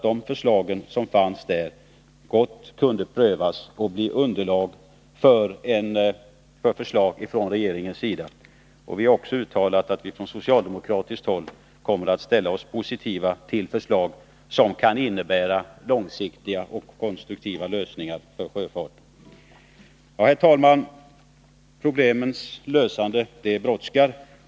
De förslag som fördes fram där borde prövas och bli underlag för förslag från regeringens sida. Från socialdemokratiskt håll kommer vi att ställa oss positiva till förslag som kan innebära långsiktiga och konstruktiva lösningar för sjöfarten. Herr talman! Det brådskar att lösa problemen.